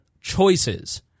choices